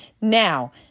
Now